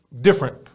different